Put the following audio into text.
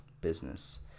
business